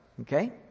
Okay